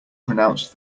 pronounced